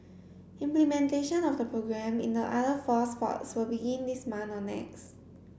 implementation of the programme in the other four sports will begin this month or next